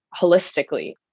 holistically